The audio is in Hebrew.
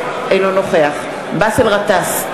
אינו נוכח באסל גטאס,